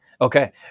Okay